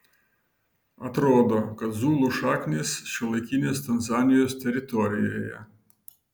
atrodo kad zulų šaknys šiuolaikinės tanzanijos teritorijoje